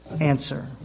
answer